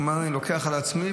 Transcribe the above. הוא אמר לי: אני לוקח על עצמי.